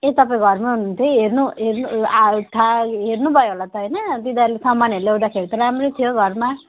ए तपाईँ घरमा हुनुहुन्थ्यो है हेर्नु हेर्नु हेर्नुभयो होला त होइन तिनीहरूले सामानहरू ल्याउँदाखेरि त राम्रो थियो घरमा